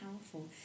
powerful